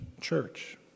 Church